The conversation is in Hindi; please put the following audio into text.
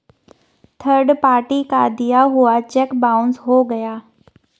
थर्ड पार्टी का दिया हुआ चेक बाउंस हो गया